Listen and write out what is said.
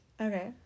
Okay